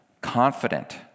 confident